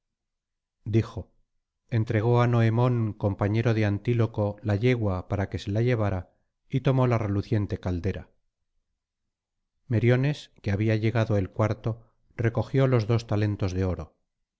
dijo entregó á noemón compañero de antíloco la yegua para que se la llevara y tomó la reluciente caldera meriones que había llegado el cuarto recogió los dos talentos de oro